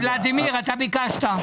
ולדימיר, אתה ביקשת.